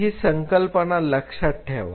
तर ही संकल्पना लक्षात ठेवा